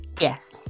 yes